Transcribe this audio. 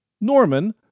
Norman